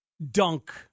dunk